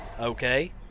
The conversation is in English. Okay